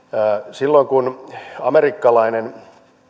silloin kun amerikkalainen